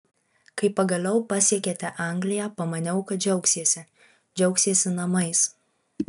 kai pagaliau pasiekėte angliją pamaniau kad džiaugsiesi džiaugsiesi namais